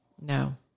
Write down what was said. No